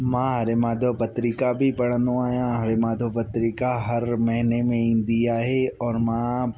मां हरे माधव पत्रिका बि पढ़ंदो आहियां हरे माधव पत्रिका हर महीने में ईंदी आहे और मां